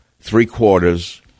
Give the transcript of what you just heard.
three-quarters